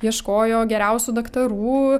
ieškojo geriausių daktarų